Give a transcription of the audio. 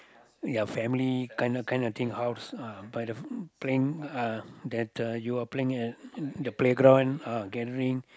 ya family kind of kind of thing house uh by the playing uh that uh you're playing in the playground uh gathering